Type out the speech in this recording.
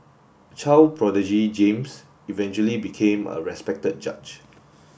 child prodigy James eventually became a respected judge